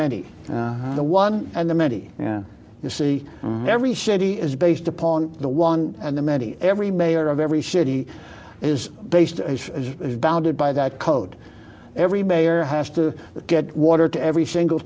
many the one and the many you see every city is based upon the one and the many every mayor of every city is based as is bounded by that code every mayor has to get water to every single